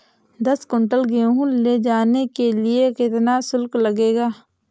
दस कुंटल गेहूँ ले जाने के लिए कितना शुल्क लगेगा?